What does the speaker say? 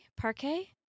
Parquet